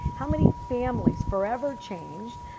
how many families forever changed.